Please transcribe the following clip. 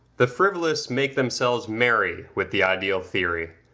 the frivolous make themselves merry with the ideal theory,